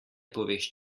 poveš